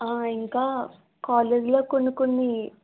ఇంకా కాలేజ్ లో కొన్ని కొన్ని